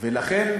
לחשוב עליו.